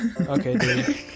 okay